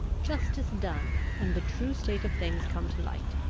justice done, and the true state of things come to light,